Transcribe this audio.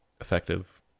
effective